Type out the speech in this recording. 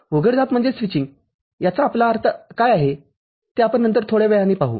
उघडझाप याचा आपला अर्थ काय आहे ते आपण नंतर थोड्या वेळाने पाहू